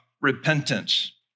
repentance